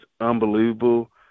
unbelievable